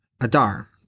Adar